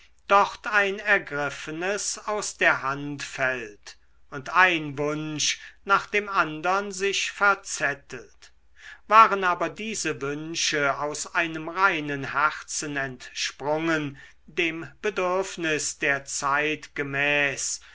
dort ein ergriffenes aus der hand fällt und ein wunsch nach dem andern sich verzettelt waren aber diese wünsche aus einem reinen herzen entsprungen dem bedürfnis der zeit